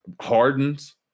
Hardens